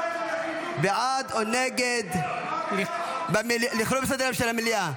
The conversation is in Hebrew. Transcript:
בעד או נגד לכלול בסדר-היום של המליאה.